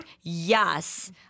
Yes